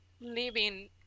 living